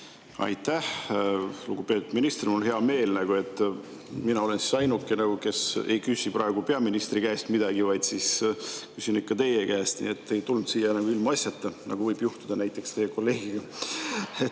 Aitäh! Lugupeetud minister! Mul on hea meel, et mina olen ainuke, kes ei küsi praegu peaministri käest midagi, vaid küsin teie käest. Nii et te ei tulnud siia ilmaasjata, nagu võib juhtuda näiteks teie kolleegiga.